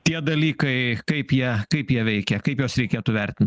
tie dalykai kaip jie kaip jie veikia kaip juos reikėtų vertint